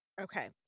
okay